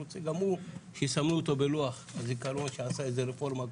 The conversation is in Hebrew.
רוצה גם הוא שיסמנו אותו בלוח הזיכרון שעשה איזה רפורמה כלשהי.